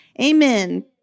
Amen